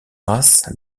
race